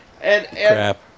Crap